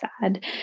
sad